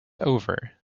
over